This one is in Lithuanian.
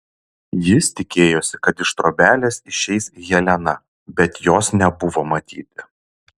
jis tikėjosi kad iš trobelės išeis helena bet jos nebuvo matyti